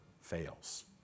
fails